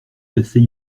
rester